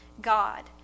God